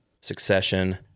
Succession